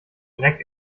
dreck